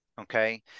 Okay